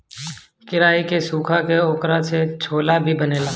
केराई के सुखा के ओकरा से छोला भी बनेला